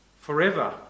Forever